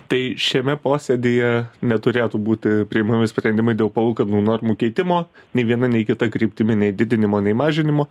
tai šiame posėdyje neturėtų būti priimami sprendimai dėl palūkanų normų keitimo nei viena nei kita kryptimi nei didinimo nei mažinimo